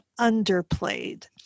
underplayed